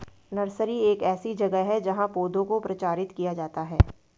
nursery एक ऐसी जगह है जहां पौधों को प्रचारित किया जाता है